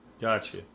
Gotcha